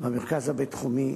במרכז הבין-תחומי,